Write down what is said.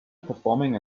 performing